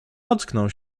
ocknął